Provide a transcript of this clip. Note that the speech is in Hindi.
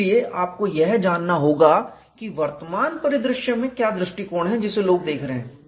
इसलिए आपको यह जानना होगा कि वर्तमान परिदृश्य में क्या दृष्टिकोण है जिसे लोग देख रहे हैं